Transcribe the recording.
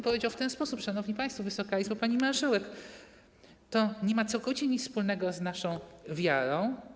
Powiedziałbym w ten sposób, szanowni państwo, Wysoka Izbo, pani marszałek, to nie ma nic wspólnego z naszą wiarą.